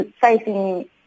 facing